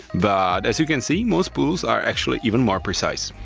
but as you can see, most spools are actually even more precise.